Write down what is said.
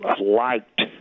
liked